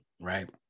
Right